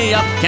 up